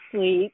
Sweet